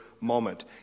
moment